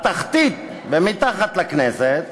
בתחתית, מתחת לכנסת,